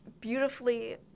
beautifully